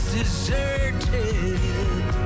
deserted